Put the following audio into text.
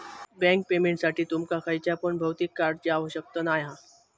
bank पेमेंटसाठी तुमका खयच्या पण भौतिक कार्डची आवश्यकता नाय हा